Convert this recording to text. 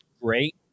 Great